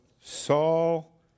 Saul